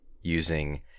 using